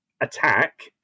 attack